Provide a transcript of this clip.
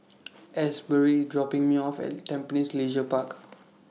Asberry IS dropping Me off At Tampines Leisure Park